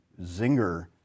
zinger